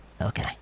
Okay